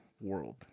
world